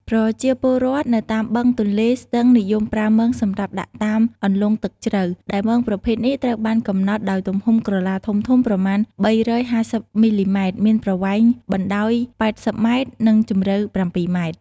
ប្រជាពលរដ្ឋនៅតាមបឹង ទន្លេ ស្ទឹង និយមប្រើ មងសម្រាប់ដាក់តាមអន្លង់ទឹកជ្រៅ ដែលមងប្រភេទនេះត្រូវបានកំណត់ដោយទំហំក្រឡាធំៗ ប្រមាណ ៣៥០ មីលីម៉ែត្រ មានប្រវែងបណ្តោយ ៨០ម៉ែត្រ និងជម្រៅ ៧ម៉ែត្រ។